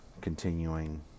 continuing